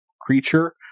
creature